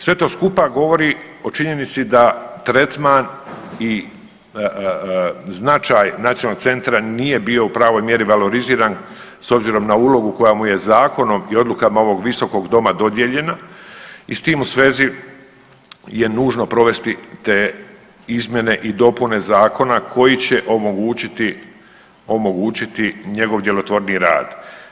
Sve to skupa govori o činjenici da tretman i značaj nacionalnog centra nije bio u pravoj mjeri valoriziran s obzirom na ulogu koja mu je zakonom i odlukama ovog visokog doma dodijeljena i s tim u svezi je nužno provesti te izmjene i dopune zakona koji će omogućiti, omogućiti njegov djelotvorniji rad.